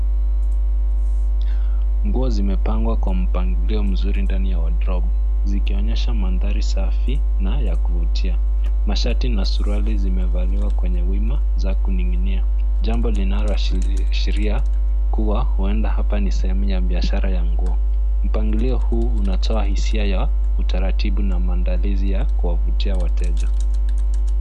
Nguo zimepangwa kwa mpangilio mzuri ndani ya cs[wardrobe]cs zikionyesha mandhari safi na ya kuvutia. Mashati na suruali zimevaliwa kwenye wima za kuning'inia, jambo linaloashiria kuwa huenda hapa ni sehemu ya biashara ya nguo. Mpangilio huu unatoa hisia ya utaratibu na maandalizi ya kuwavutia wateja.